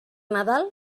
nadal